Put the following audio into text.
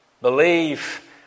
Believe